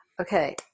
Okay